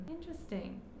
Interesting